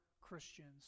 Christians